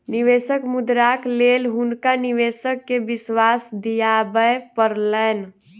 निवेशक मुद्राक लेल हुनका निवेशक के विश्वास दिआबय पड़लैन